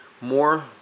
more